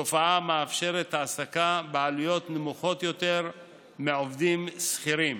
תופעה המאפשרת העסקה בעלויות נמוכות יותר מהעובדים השכירים.